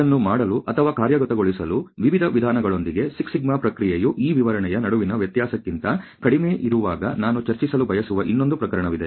ಇದನ್ನು ಮಾಡಲು ಅಥವಾ ಕಾರ್ಯಗತಗೊಳಿಸಲು ವಿವಿಧ ವಿಧಾನಗಳೊಂದಿಗೆ 6σ ಪ್ರಕ್ರಿಯೆಯು ಈ ವಿವರಣೆಯ ನಡುವಿನ ವ್ಯತ್ಯಾಸಕ್ಕಿಂತ ಕಡಿಮೆ ಇರುವಾಗ ನಾನು ಚರ್ಚಿಸಲು ಬಯಸುವ ಇನ್ನೊಂದು ಪ್ರಕರಣವಿದೆ